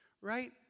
right